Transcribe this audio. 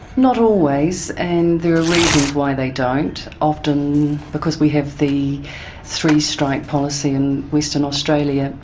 not always, and there are reasons why they don't. often because we have the three-strike policy in western australia,